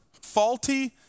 faulty